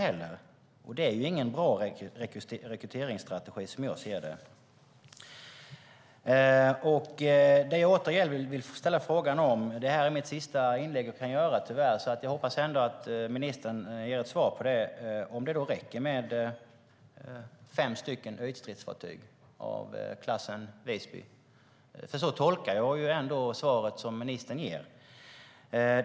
Det är som jag ser det inte någon bra rekryteringsstrategi. Detta är tyvärr det sista inlägg jag kan göra. Jag hoppas att ministern ger ett svar på om det räcker med fem ytstridsfartyg av klassen Visby. Så tolkar jag ändå svaret som ministen ger.